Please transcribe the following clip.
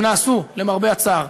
הם נעשו, למרבה הצער.